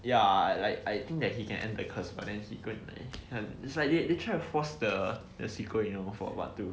ya like I think that he can end curse but then he go and eh and it's like they tried to force the the sequel you know for like part two